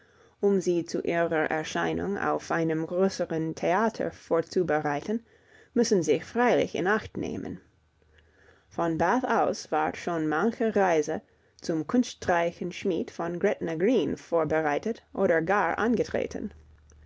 um sie zu ihrer erscheinung auf einem größeren theater vorzubereiten müssen sich freilich in acht nehmen von bath aus ward schon manche reise zum kunstreichen schmied von gretna green vorbereitet oder gar angetreten